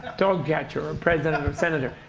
dogcatcher or president or senator,